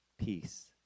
peace